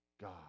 God